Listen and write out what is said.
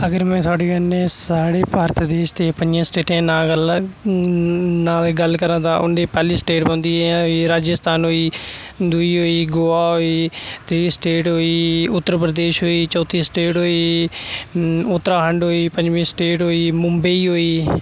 अगर में थुआढ़े कन्नै साढ़े भारत देश दे पंञें स्टेटें दे नांऽ गल्ला न न न न नांऽ दी गल्ल करां तां ते उं'दी पैह्ली स्टेट औंदी ऐ राजस्थान होई गेई दूई होई गोआ होई त्रीऽ स्टेट होई उत्तर प्रदेश होई चौथी स्टेट होई उत्तराखंड होई पंजमी स्टेट होई मुंबई होई